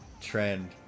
trend